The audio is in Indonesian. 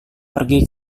pergi